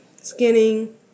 skinning